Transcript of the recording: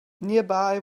nearby